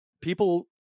people